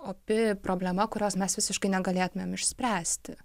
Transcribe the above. opi problema kurios mes visiškai negalėtumėm išspręsti